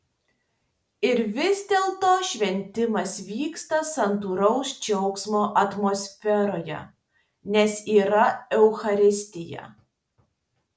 ir vis dėlto šventimas vyksta santūraus džiaugsmo atmosferoje nes yra eucharistija